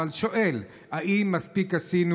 אבל שואל: האם מספיק עשינו,